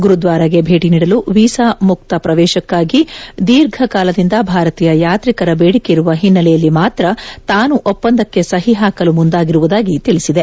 ಗುರುದ್ವಾರಗೆ ಭೇಟಿ ನೀಡಲು ವೀಸಾ ಮುಕ್ತ ಪ್ರವೇಶಕ್ಕಾಗಿ ದೀರ್ಘ ಕಾಲದಿಂದ ಭಾರತೀಯ ಯಾತ್ರಿಕರ ಬೇಡಿಕೆ ಇರುವ ಹಿನ್ನೆಲೆಯಲ್ಲಿ ಮಾತ್ರ ತಾನು ಒಪ್ಪಂದಕ್ಕೆ ಸಹಿ ಹಾಕಲು ಮುಂದಾಗಿರುವುದಾಗಿ ತಿಳಿಸಿದೆ